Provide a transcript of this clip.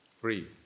free